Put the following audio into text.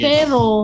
Pero